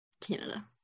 Canada